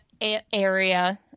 area